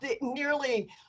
nearly